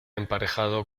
emparejado